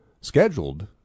scheduled